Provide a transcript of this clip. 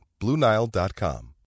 BlueNile.com